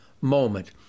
moment